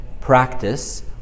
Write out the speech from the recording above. practice